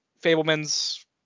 Fableman's